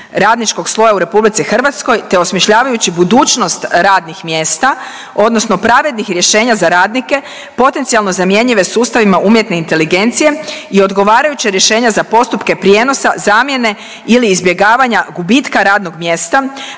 radničkog sloja u Republici Hrvatskoj te osmišljavajući budućnost radnih mjesta, odnosno pravednih rješenja za radnike potencijalno zamjenjive sustavima umjetne inteligencije i odgovarajuća rješenja za postupke prijenosa, zamjene ili izbjegavanja gubitka radnog mjesta